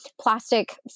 plastic